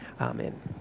Amen